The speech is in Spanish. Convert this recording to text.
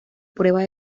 prueba